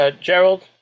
Gerald